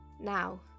Now